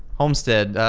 homestead,